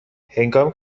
هنگامی